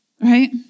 right